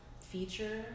feature